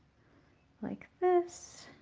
like this.